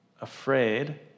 afraid